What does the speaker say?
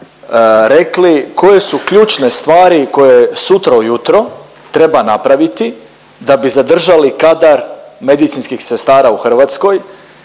rekli koje su ključne stvari koje sutra u jutro treba napraviti da bi zadržali kadar medicinskih sestara u Hrvatskoj.